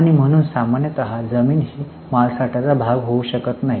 आणि म्हणून सामान्यत जमीन ही मालसाठ्याचा भाग होऊ शकत नाही